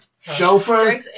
Chauffeur